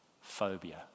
Phobia